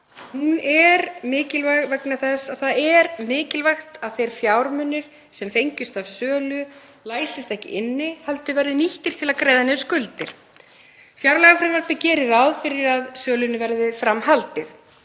Það er mikilvægt að fjármunir sem fengjust af sölu læsist ekki inni heldur verði nýttir til að greiða niður skuldir. Fjárlagafrumvarpið gerir ráð fyrir að sölunni verði fram haldið.